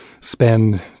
spend